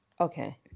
Okay